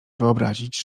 wyobrazić